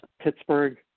Pittsburgh